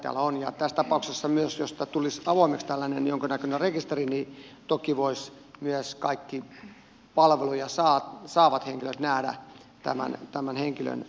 ja tässä tapauksessa jos tämä tällainen jonkunnäköinen rekisteri tulisi avoimeksi niin toki voisivat myös kaikki palveluja saavat henkilöt nähdä tämän henkilön koulutuksen tason